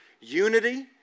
Unity